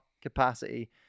capacity